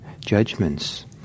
judgments